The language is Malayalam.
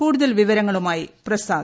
കൂടുതൽ വിവരങ്ങളുമായി പ്രസാദ്